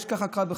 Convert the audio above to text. יש קרב בחלוקה,